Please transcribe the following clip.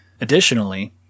Additionally